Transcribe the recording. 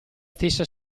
stessa